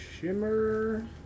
Shimmer